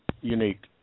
unique